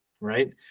right